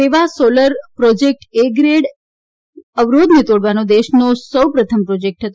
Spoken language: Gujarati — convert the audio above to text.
રેવા સોલર પ્રોજેક્ટ એ ગ્રીડ અવરોધને તોડવાનો દેશનો સૌ પ્રથમ પ્રોજેક્ટ હતો